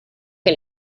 que